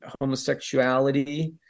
homosexuality